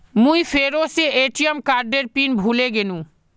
मुई फेरो से ए.टी.एम कार्डेर पिन भूले गेनू